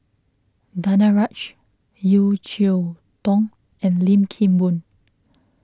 Danaraj Yeo Cheow Tong and Lim Kim Boon